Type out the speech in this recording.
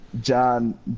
john